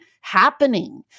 happening